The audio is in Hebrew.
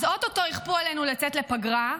או-טו-טו יכפו עלינו לצאת לפגרה,